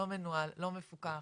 לא מנוהל ולא מפוקח,